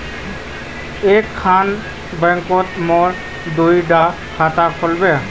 एक खान बैंकोत मोर दुई डा खाता खुल बे?